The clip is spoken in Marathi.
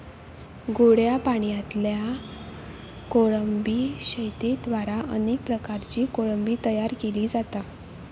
गोड्या पाणयातल्या कोळंबी शेतयेद्वारे अनेक प्रकारची कोळंबी तयार केली जाता